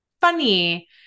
funny